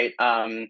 right